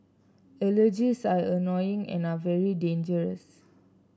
allergies are annoying and are very dangerous